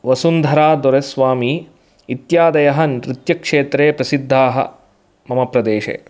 वसुन्धरादोरेस्वामी इत्यादयः नृत्यक्षेत्रे प्रसिद्धाः मम प्रदेशे